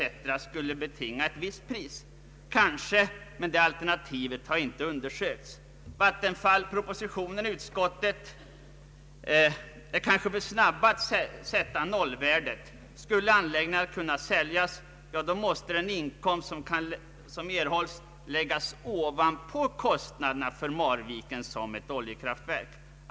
skulle kunna betinga ett visst pris? Kanske, men det alternativet har inte undersökts. Vattenfall, Kungl. Maj:t och utskottet är kanske för snabba att sätta nollvärdet? Skulle anläggningarna till en del kunna säljas, måste den inkomst som erhålles läggas ovanpå kostnaderna för Marviken som oljekraftverk.